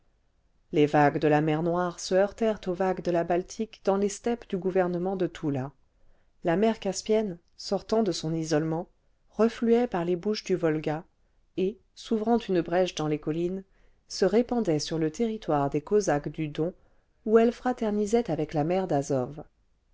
les vagues de la mer noire se heurtèrent aux vagues de la baltique dans les steppes du gouvernement de toula la mer caspienne sortant de son isolement refluait par les bouches du volga et s'ouvrant une brèche dans les collines se répandait sur le territoire des cosaques du don où elle fraternisait avec la mer d'azow